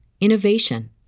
innovation